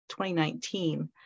2019